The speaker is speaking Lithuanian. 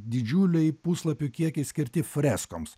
didžiuliai puslapių kiekiai skirti freskoms